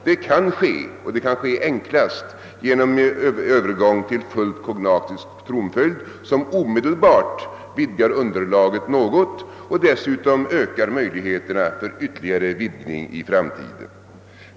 Det kan ske och enklast sker det genom övergång till fullt kognatisk tronföljd, som omedelbart vidgar underlaget något och dessutom ökar möjligheterna för ytterligare vidgning i framtiden.